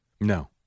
No